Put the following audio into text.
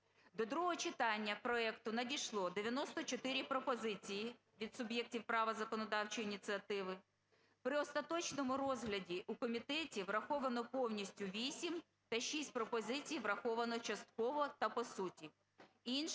До другого читання проекту надійшло 94 пропозиції від суб'єктів права законодавчої ініціативи. При остаточному розгляді у комітеті враховано повністю 8 та 6 пропозицій враховано частково та по суті.